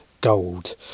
gold